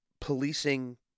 policing